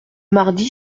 mardi